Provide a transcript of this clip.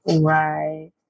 right